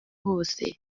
hose